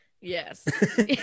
Yes